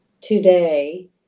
today